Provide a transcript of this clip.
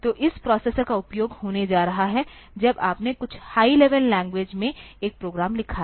तो इस प्रोसेसर का उपयोग होने जा रहा है जब आपने कुछ हाई लेवल लैंग्वेज में एक प्रोग्राम लिखा है